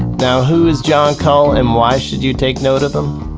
now, who is jon kull and why should you take note of him?